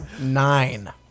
Nine